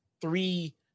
three